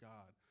God